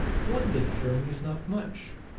one dead herring is not much,